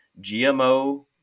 GMO